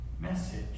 message